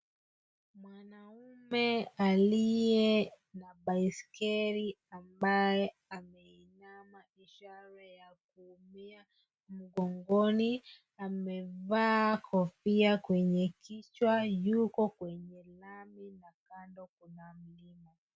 Mwanamke aliye na baiskeli ambaye ameinama ishara ya kuumia mgongoni, amevaa kofia kwenye kichwa Yuko kwenye lami na kando kuna mlima.